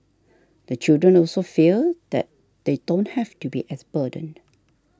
the children also feel that they don't have to be as burdened